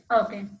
okay